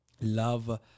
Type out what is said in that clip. love